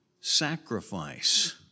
sacrifice